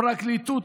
הפרקליטות,